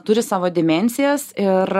turi savo dimensijas ir